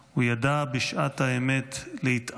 הוא ידע בשעת האמת להתאחד,